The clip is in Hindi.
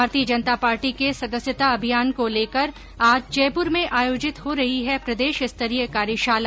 भारतीय जनता पार्टी के सदस्यता अभियान को लेकर आज जयप्र में आयोजित हो रही है प्रदेशस्तरीय कार्यशाला